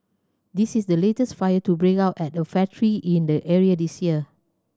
this is the latest fire to break out at a factory in the area this year